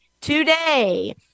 today